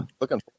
looking